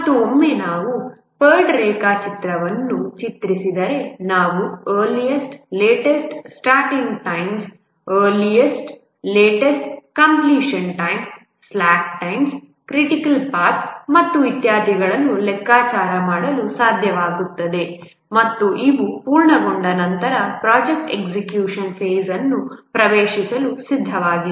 ಮತ್ತು ಒಮ್ಮೆ ನಾವು PERT ರೇಖಾಚಿತ್ರವನ್ನು ಚಿತ್ರಿಸಿದರೆ ನಾವು earliest - latest starting times earliest - latest starting times earliest - latest completion times earliest - latest completion times slack times critical path ಮತ್ತು ಇತ್ಯಾದಿಗಳನ್ನು ಲೆಕ್ಕಾಚಾರ ಮಾಡಲು ಸಾಧ್ಯವಾಗುತ್ತದೆ ಮತ್ತು ಇವು ಪೂರ್ಣಗೊಂಡ ನಂತರ ಪ್ರಾಜೆಕ್ಟ್ ಎಕ್ಸಿಕ್ಯುಷನ್ ಫೇಸ್ ಅನ್ನು ಪ್ರವೇಶಿಸಲು ಸಿದ್ಧವಾಗಿದೆ